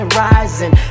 rising